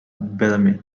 bellamy